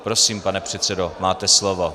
Prosím, pane předsedo, máte slovo.